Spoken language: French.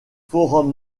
forum